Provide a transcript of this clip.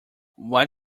what